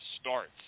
starts